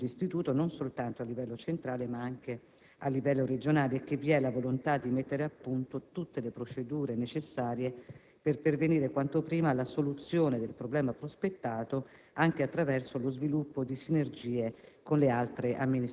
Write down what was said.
dai competenti uffici dell'Istituto, non soltanto a livello centrale ma anche a livello regionale e che vi è la volontà di mettere a punto tutte le procedure necessarie per pervenire, quanto prima, alla soluzione del problema prospettato, anche attraverso lo sviluppo di sinergie